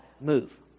move